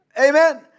amen